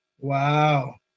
Wow